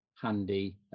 handy